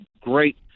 great